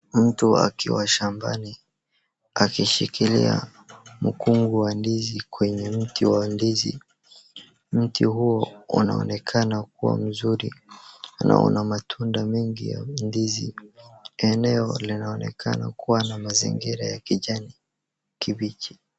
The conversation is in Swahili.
Mtu akiwa shambani akishikilia mkungu wa ndizi kwenye mti wa ndizi, mti huo unaonekana kuwa mzuri na una matunda mengi ya ndizi, eneo linaonekana kuwa na mazingira ya kijani kibichi.